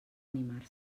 animar